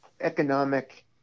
economic